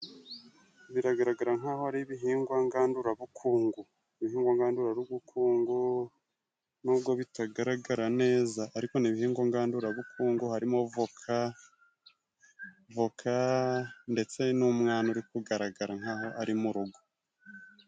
Biragaragara nk'aho ari ibihingwa ngandurabukungu, ibihingwa ngadurarubukungu nubwo bitagaragara neza ariko ni ibihingwa ngandurabukungu, harimo voka... voka ndetse n'umwana uri kugaragara nk'aho ari mu rugo.